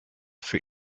für